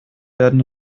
werden